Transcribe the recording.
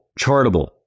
chartable